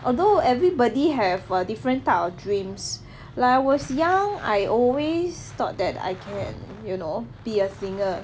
although everybody have a different type of dreams like I was young I always thought that I can you know be a singer